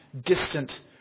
distant